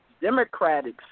democratic